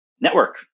network